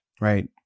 right